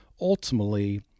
ultimately